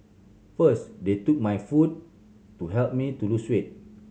first they took my food to help me to lose weight